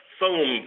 foam